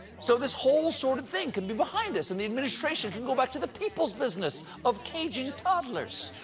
so this whole sordid thing can be behind us and the administration can go back to the people's business of caging toddlers.